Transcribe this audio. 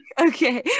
Okay